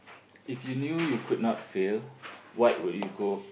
if you knew you could not fail what will you go